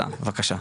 תודה רבה לך איציק.